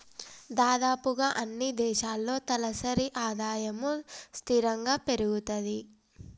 దాదాపుగా అన్నీ దేశాల్లో తలసరి ఆదాయము స్థిరంగా పెరుగుతది